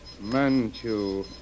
Manchu